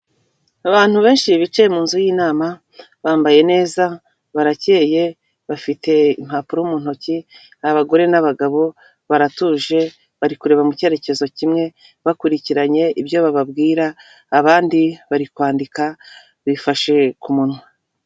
Abantu benshi bicaye mun nzu y'inama bambaye neza barakeye, bafite impapuro mu ntoki abagore n'abagabo baratuje bari kureba mu cyerekezo kimwe, bakurikiranye ibyo bababwira abandi bari kwandika bifashe ku munwa.